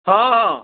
ହଁ ହଁ